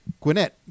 Gwinnett